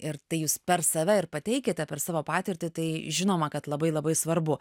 ir tai jūs per save ir pateikiate per savo patirtį tai žinoma kad labai labai svarbu